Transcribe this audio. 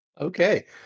okay